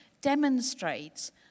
demonstrates